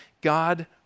God